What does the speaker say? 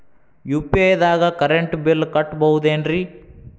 UPI ದಾಗ current bill ಕಟ್ಟಬಹುದೇನ್ರಿ?